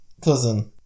Cousin